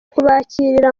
kubakira